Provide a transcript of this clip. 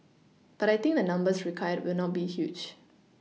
but I think the numbers required will not be huge